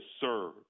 serve